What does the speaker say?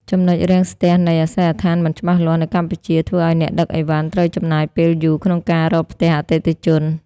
ចំណុចរាំងស្ទះនៃ "អាសយដ្ឋានមិនច្បាស់លាស់" នៅកម្ពុជា ធ្វើឱ្យអ្នកដឹកអីវ៉ាន់ត្រូវចំណាយពេលយូរក្នុងការរកផ្ទះអតិថិជន។